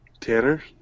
Tanner